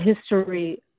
history